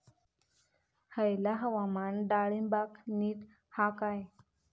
हयला हवामान डाळींबाक नीट हा काय?